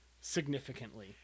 significantly